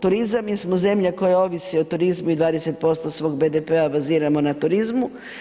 Turizam jer smo zemlja koja ovisi o turizmu i 20% svog BDP-a baziramo na turizmu.